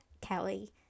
Kelly